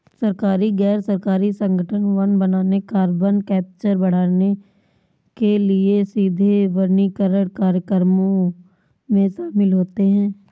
सरकारी, गैर सरकारी संगठन वन बनाने, कार्बन कैप्चर बढ़ाने के लिए सीधे वनीकरण कार्यक्रमों में शामिल होते हैं